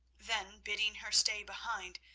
then bidding her stay behind,